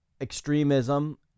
extremism